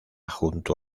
junto